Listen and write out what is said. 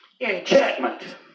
enchantment